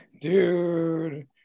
Dude